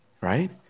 Right